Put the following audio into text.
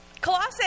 Colossae